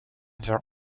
their